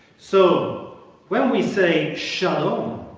so when we say shalom